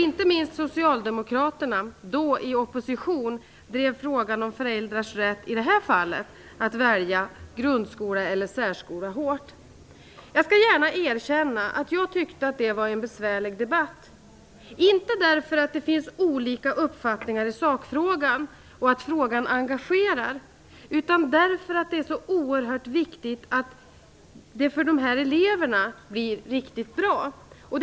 Inte minst Socialdemokraterna, då i opposition, drev frågan om föräldrars rätt att välja grundskola eller särskola hårt. Jag skall gärna erkänna att jag tyckte att det var en besvärlig debatt. Det tyckte jag inte därför att det finns olika uppfattningar i sakfrågan och att frågan engagerar, utan därför att det är så oerhört viktigt att det blir riktigt bra för dessa elever.